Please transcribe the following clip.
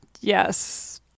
Yes